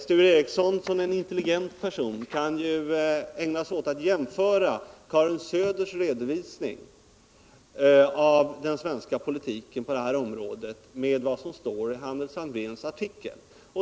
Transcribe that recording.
Sture Ericson, som är en intelligent person, kan ju ägna sig åt att jämföra Karin Söders redovisning av den svenska politiken på det här området med vad som står i Hannes Alfvéns artikel.